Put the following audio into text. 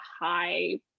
high